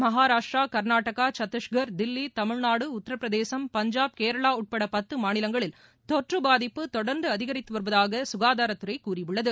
மகாராஷ்ட்ரா கர்நாடகா சத்தீஷ்கர் தில்லி தமிழ்நாடு உத்தரபிரதேசம் பஞ்சாப் கேரளாஉட்படபத்துமாநிலங்களில் தொற்றுபாதிப்பு தொடர்ந்துஅதிகரித்துவருவதாகசுகாதாரத்துறைகூறியுள்ளது